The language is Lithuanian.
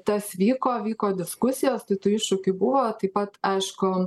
tas vyko vyko diskusijos tai tų iššūkių buvo taip pat aišku